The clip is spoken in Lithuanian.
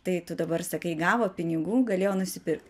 tai tu dabar sakai gavo pinigų galėjo nusipirkt